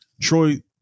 Troy